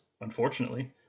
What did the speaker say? unfortunately